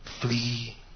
Flee